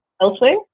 elsewhere